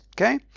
okay